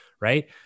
right